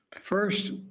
first